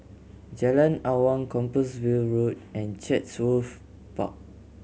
Jalan Awang Compassvale Road and Chatsworth Park